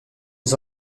des